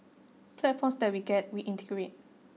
platforms that we get we integrate